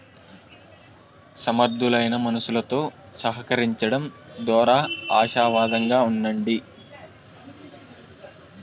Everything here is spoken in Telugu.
సమర్థులైన మనుసులుతో సహకరించడం దోరా ఆశావాదంగా ఉండండి